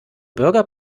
bürger